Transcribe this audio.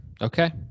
Okay